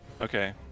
Okay